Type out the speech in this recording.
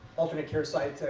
alternate care site